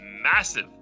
massive